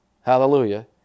Hallelujah